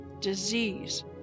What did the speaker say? disease